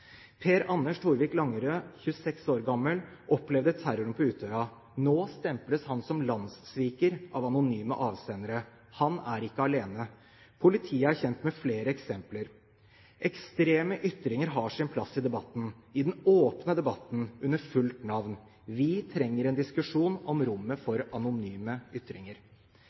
Per Anders Torvik Langerød, 26 år gammel, opplevde terroren på Utøya. Nå stemples han som landssviker av anonyme avsendere. Han er ikke alene. Politiet er kjent med flere eksempler. Ekstreme ytringer har sin plass i debatten, i den åpne debatten under fullt navn. Vi trenger en diskusjon om rommet for anonyme ytringer.